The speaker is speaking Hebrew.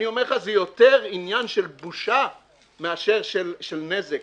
אני אומר לך, זה יותר עניין של בושה מאשר של נזק.